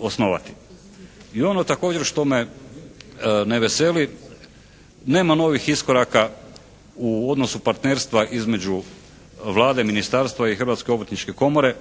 osnovati. I ono također što me ne veseli, nema novih iskoraka u odnosu partnerstva između Vlade, ministarstva i Hrvatske obrtničke komore.